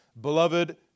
Beloved